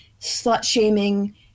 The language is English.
slut-shaming